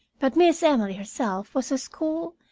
but miss emily herself was as cool,